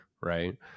right